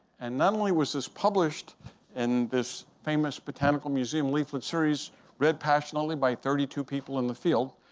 and not only was this published in this famous botanical museum leaflet series read passionately by thirty two people in the field,